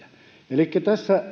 elikkä